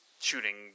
shooting